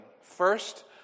First